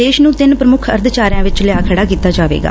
ਦੇਸ਼ ਨੂੰ ਤਿੰਨ ਪ੍ਰਮੁੱਖ ਅਰਬਚਾਰਿਆਂ ਵਿਚ ਲਿਆ ਖੜਾ ਕੀਤਾ ਜਾਵੇਗਾ